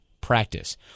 practice